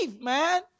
man